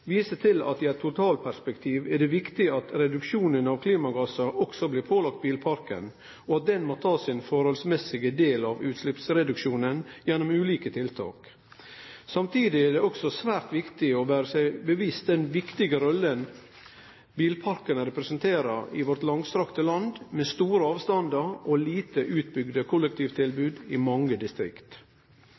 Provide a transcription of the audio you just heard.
viser til at i eit totalperspektiv er det viktig at reduksjonen av klimagassar også blir pålagd bilparken, og at han må ta sin forholdsmessige del av utsleppsreduksjonen gjennom ulike tiltak. Samtidig er det også svært viktig å vere bevisst på den viktige rolla bilparken representerer i vårt langstrakte land, med store avstandar og dårleg utbygd kollektivtilbod i mange distrikt.